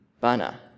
bana